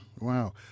Wow